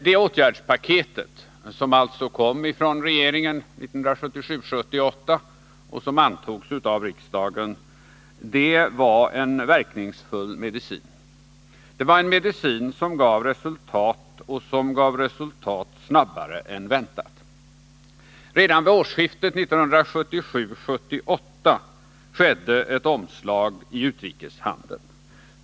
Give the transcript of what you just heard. Det åtgärdspaketet, som alltså kom från regeringen 1977/78 och antogs av riksdagen, var en verkningsfull medicin. Det var en medicin som gav resultat — och som gav resultat snabbare än väntat. Redan vid årsskiftet 1977-1978 skedde ett omslag i utrikeshandeln.